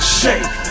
shake